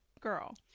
girl